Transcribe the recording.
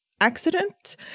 accident